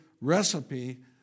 recipe